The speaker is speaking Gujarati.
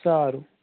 સારું